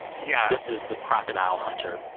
yeah this is the crocodile hunter.